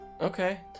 Okay